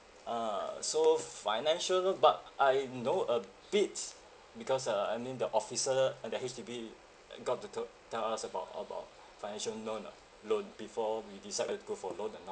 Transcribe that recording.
a'ah so financially but I know a bit because uh I mean the officer in the H_D_B uh got to talk tell us about about financial loan ah loan before we decide to go for loan or not